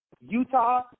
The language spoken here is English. Utah